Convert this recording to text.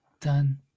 done